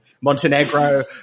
Montenegro